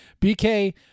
BK